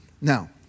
Now